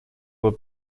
were